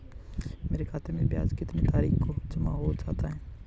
मेरे खाते में ब्याज कितनी तारीख को जमा हो जाता है?